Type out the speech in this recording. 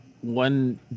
one